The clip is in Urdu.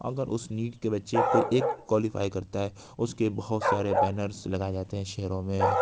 اور اگر اس نیٹ کے بچے کوئی ایک کوالیفائی کرتا ہے اس کے بہت سے سارے بینرس لگائے جاتے ہیں شہروں میں